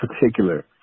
particular